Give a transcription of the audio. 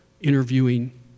interviewing